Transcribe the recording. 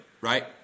right